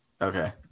Okay